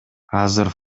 азыр